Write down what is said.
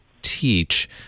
Teach